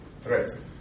threats